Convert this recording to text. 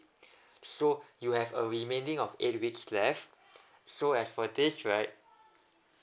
so you have a remaining of eight weeks left so as for this right